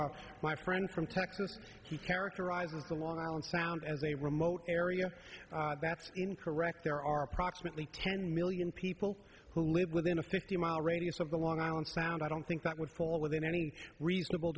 to my friend from texas characterizes the long island sound as a remote area that's incorrect there are approximately ten million people who live within a fifty mile radius of the long island sound i don't think that would fall within any reasonable